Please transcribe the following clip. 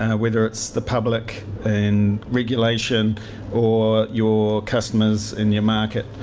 ah whether it's the public and regulation or your customers and your market.